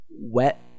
wet